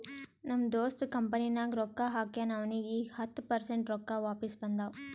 ನಮ್ ದೋಸ್ತ್ ಕಂಪನಿನಾಗ್ ರೊಕ್ಕಾ ಹಾಕ್ಯಾನ್ ಅವ್ನಿಗ ಈಗ್ ಹತ್ತ ಪರ್ಸೆಂಟ್ ರೊಕ್ಕಾ ವಾಪಿಸ್ ಬಂದಾವ್